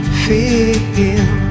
feel